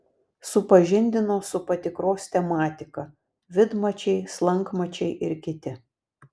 supažindino su patikros tematika vidmačiai slankmačiai ir kiti